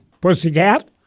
Pussycat